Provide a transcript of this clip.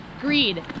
Greed